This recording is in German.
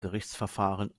gerichtsverfahren